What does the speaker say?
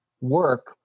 work